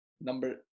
number